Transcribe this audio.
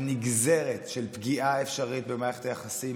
הנגזרת של פגיעה אפשרית במערכת היחסים